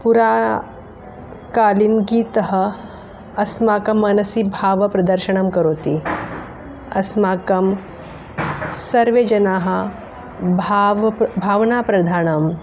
पुराकालिनगीतम् अस्माकं मनसि भावप्रदर्शनं करोति अस्माकं सर्वे जनाः भावप्र भावना प्रधानम्